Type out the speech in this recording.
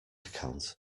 account